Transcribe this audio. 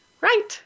Right